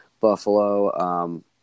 Buffalo